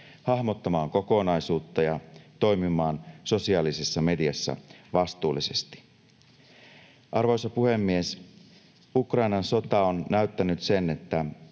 hahmottamaan kokonaisuutta ja toimimaan sosiaalisessa mediassa vastuullisesti. Arvoisa puhemies! Ukrainan sota on näyttänyt sen, että